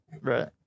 Right